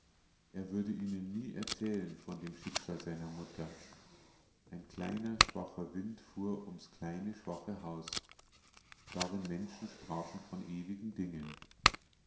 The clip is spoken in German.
er würde ihnen nie erzählen von dem schicksal seiner mutter ein kleiner schwacher wind fuhr ums kleine schwache haus darin menschen sprachen von ewigen dingen